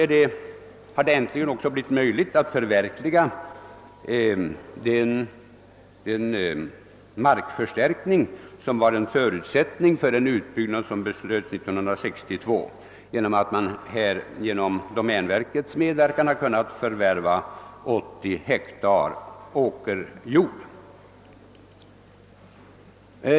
Dessutom har det äntligen blivit möjligt att genomföra den markförstärkning som var en förutsättning för den utbyggnad som beslöts 1962. Den förstärkningen har kunnat göras under medverkan av domänverket, och man har därigenom kunnat förvärva ytterligare 80 hektar åkerjord.